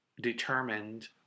determined